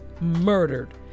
murdered